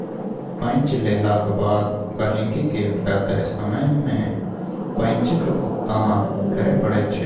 पैंच लेलाक बाद गहिंकीकेँ एकटा तय समय मे पैंचक भुगतान करय पड़ैत छै